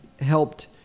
helped